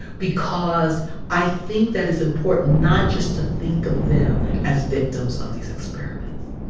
because i think that it's important not just to think of them as victims of these experiments.